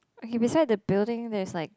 okay beside the building there's like